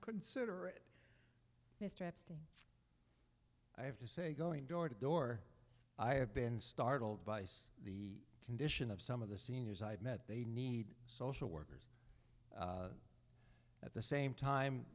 epstein i have to say going door to door i have been startled by see the condition of some of the seniors i've met they need social workers at the same time